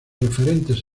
referentes